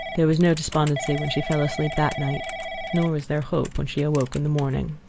there was no despondency when she fell asleep that night nor was there hope when she awoke in the morning.